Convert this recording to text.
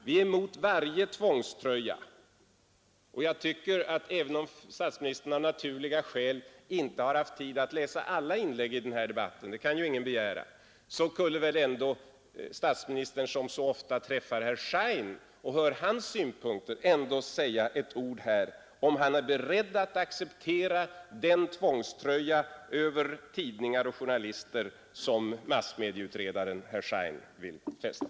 Vi är emot varje tvångströja. Även om statsministern av naturliga skäl inte har haft tid att läsa alla inlägg i den debatten — vilket ingen kan begära — så träffar ju statsministern ganska ofta herr Schein och tar del av hans synpunkter. Kunde inte statsministern då säga ett ord om huruvida statsministern är beredd att acceptera den tvångströja över tidningar och journalister som massmedieutredaren herr Schein vill använda?